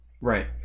Right